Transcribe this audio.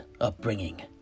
upbringing